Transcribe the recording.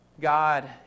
God